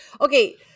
Okay